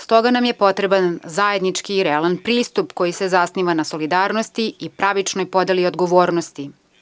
S toga nam je potreban zajednički i realan pristup koji se zasniva na solidarnosti i pravičnoj podeli odgovornosti.